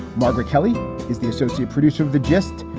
margaret kelly is the associate producer of the gist.